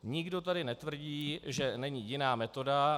Nikdo tady netvrdí, že není jiná metoda.